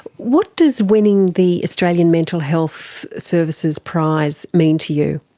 what does winning the australian mental health services prize mean to you?